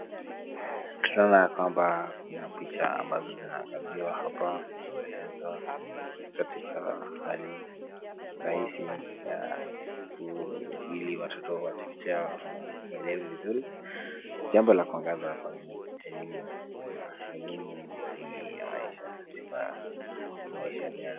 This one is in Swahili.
Tunaona ya kwamba kuna picha ambazo zinaangaziwa hapa na kuelezwa katika hali rahisi ili watoto wa chekechea waelewe vizuri. Jambo la kuangaza hapa ni elimu, na elimu ni msingi wa maisha katika maisha ya binadamu.